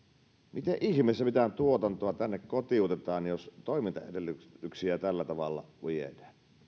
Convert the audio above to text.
miten ihmeessä mitään tuotantoa tänne kotiutetaan jos toimintaedellytyksiä tällä tavalla viedään